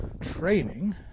training